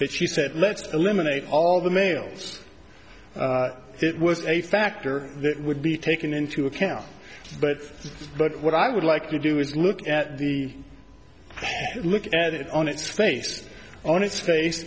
that she said let's eliminate all the males it was a factor that would be taken into account but but what i would like to do is look at the look at it on its face on its face